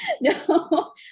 No